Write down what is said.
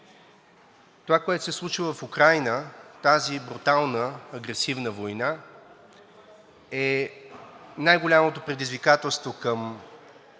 Това, което се случва в Украйна – тази брутална, агресивна война, е най-голямото предизвикателство към